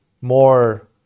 more